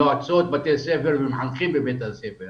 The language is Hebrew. יועצות בתי ספר ומחנכים בבית הספר